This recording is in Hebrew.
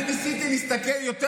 אני ניסיתי להסתכל יותר